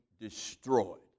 destroyed